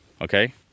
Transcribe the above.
okay